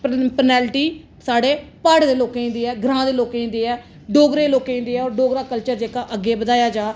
पनेलटी साढ़े प्हाड़ें दे लोकें गी देऐ ग्रां दे लोकें गी देऐ डोगरे लोकें गी देऐ और डोगरा कल्चर जेहका अग्गै बधाया जाए